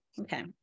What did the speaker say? Okay